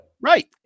Right